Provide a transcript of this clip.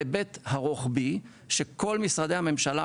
ההיבט הרוחבי שכל משרדי הממשלה,